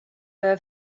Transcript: her